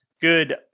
Good